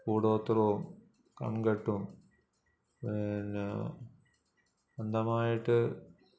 കൂടോത്രവും കൺകെട്ടും എന്നാൽ അന്ധമായിട്ട്